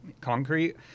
concrete